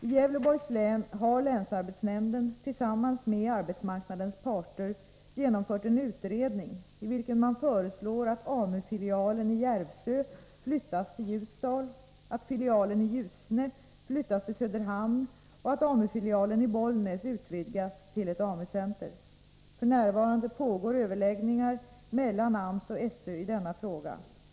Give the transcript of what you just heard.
I Gävleborgs län har länsarbetsnämnden tillsammans med arbetsmarknadens parter genomfört en utredning i vilken man föreslår att AMU-filialen i Järvsö flyttas till Ljusdal, att filialen i Ljusne flyttas till Söderhamn och att AMU-filialen i Bollnäs utvidgas till ett AMU-center. F. n. pågår överläggningar mellan AMS och SÖ i denna fråga.